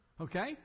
Okay